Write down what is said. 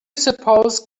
suppose